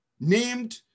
named